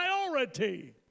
priority